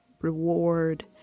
reward